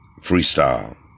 Freestyle